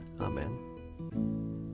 Amen